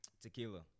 Tequila